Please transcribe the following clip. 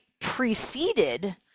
preceded